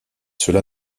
cela